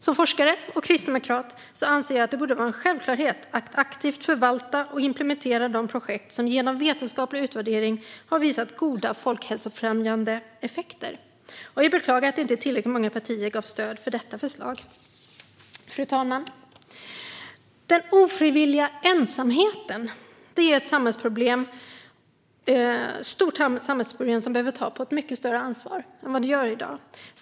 Som forskare och kristdemokrat anser jag att det borde vara en självklarhet att aktivt förvalta och implementera de projekt som genom vetenskaplig utvärdering visat goda folkhälsofrämjande effekter. Jag beklagar att inte tillräckligt många partier gav stöd för detta förslag. Fru talman! Den ofrivilliga ensamheten är ett stort samhällsproblem som behöver tas på ett större allvar än det gör i dag.